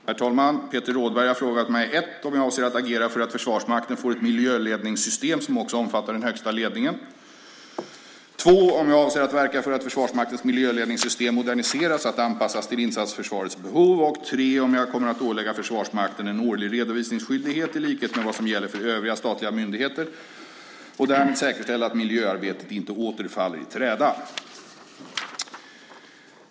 Herr talman! Peter Rådberg har frågat mig 1. om jag avser att agera för att Försvarsmakten får ett miljöledningssystem som också omfattar den högsta ledningen, 2. om jag avser att verka för att Försvarsmaktens miljöledningssystem moderniseras så att det är anpassat till insatsförsvarets behov och 3. om jag kommer att ålägga Försvarsmakten en årlig redovisningsskyldighet i likhet med vad som gäller för övriga statliga myndigheter och därmed säkerställa att miljöarbetet inte åter faller i träda.